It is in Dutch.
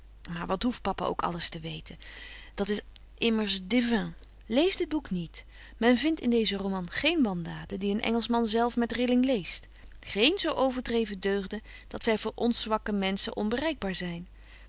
maar wat hoeft papa ook alles te weten dat is immers divin lees dit boek niet men vindt in deeze roman geen wandaden die een engelschman zelf met rilling leest geen zo overdreven deugden dat zy voor onszwakke menschen onbereikbaar zyn